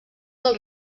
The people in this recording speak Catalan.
del